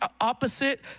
opposite